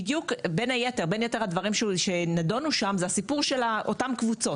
בין יתר הדברים שנדונו בבג"צ היה הסיפור של אותן קבוצות